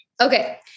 Okay